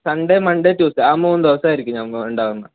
Sunday Monday Tuesday ആ മൂന്ന് ദിവസമായിരിക്കും ഞങ്ങൾ ഉണ്ടാവുന്നത്